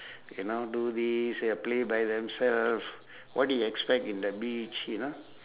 K now do this ya play by themselves what do you expect in the beach you know